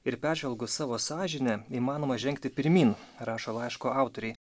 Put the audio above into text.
ir peržvelgus savo sąžinę įmanoma žengti pirmyn rašo laiško autoriai